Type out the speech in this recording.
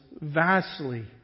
vastly